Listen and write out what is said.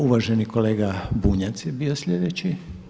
Uvaženi kolega Bunjac je bio sljedeći.